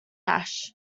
ash